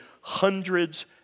hundreds